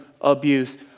abuse